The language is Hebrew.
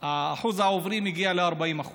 שיעור העוברים הגיע ל-40%.